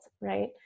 right